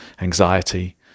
anxiety